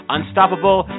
Unstoppable